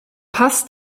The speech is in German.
pass